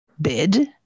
bid